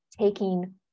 taking